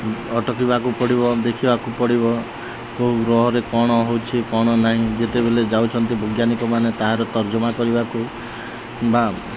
ଅଟକିବାକୁ ପଡ଼ିବ ଦେଖିବାକୁ ପଡ଼ିବ କେଉଁ ଗ୍ରହରେ କ'ଣ ହଉଛି କ'ଣ ନାଇଁ ଯେତେବେଲେ ଯାଉଛନ୍ତି ବୈଜ୍ଞାନିକମାନେ ତାହାର ତର୍ଜମା କରିବାକୁ ବା